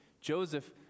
Joseph